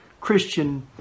Christian